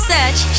Search